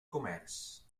comerç